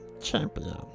champion